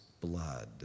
blood